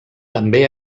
també